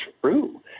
true